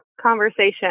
conversation